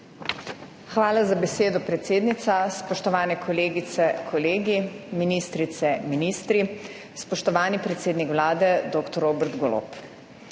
Hvala za besedo, predsednica. Spoštovani kolegice, kolegi, ministrice, ministri, spoštovani predsednik Vlade dr. Robert Golob!